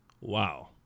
Wow